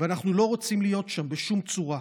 אנחנו לא רוצים להיות שם בשום צורה,